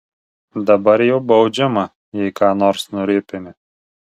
dabar jau baudžiama jei ką nors nuripini